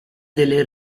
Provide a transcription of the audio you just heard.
delle